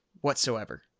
whatsoever